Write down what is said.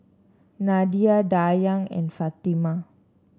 Nadia Dayang and Fatimah